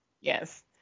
yes